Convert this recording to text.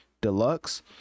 deluxe